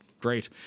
Great